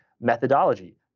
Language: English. methodology